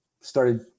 started